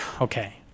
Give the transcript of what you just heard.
okay